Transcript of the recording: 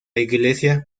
iglesia